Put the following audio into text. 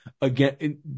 Again